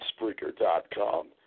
Spreaker.com